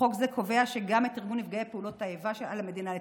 חוק זה קובע שגם את ארגון נפגעי פעולות האיבה על המדינה לתקצב.